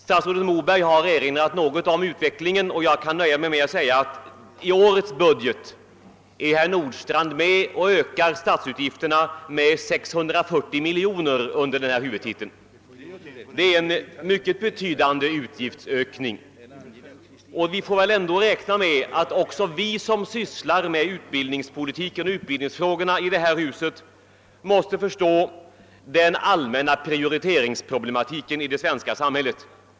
Statsrådet Moberg har påmint om utvecklingen, och jag kan nöja mig med att säga att i årets budget är herr Nordstrandh med om att öka statsutgifterna med 640 miljoner kronor under denna huvudtitel. Det är en mycket betydande utgiftsökning. Vi får väl ändå räkna med att vi som i detta hus sysslar med utbildningspolitiken och utbildningsfrågorna måste förstå den allmänna prioriteringsproblematiken i det svenska samhället.